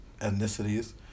ethnicities